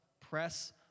press